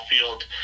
field